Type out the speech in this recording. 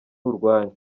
urwanyu